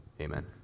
Amen